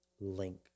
link